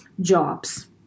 jobs